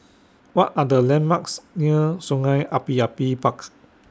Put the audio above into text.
What Are The landmarks near Sungei Api Parks